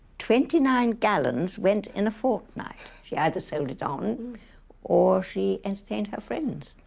twenty nine gallons went in a fortnight. she either sold it on or she entertained her friends.